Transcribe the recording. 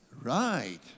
Right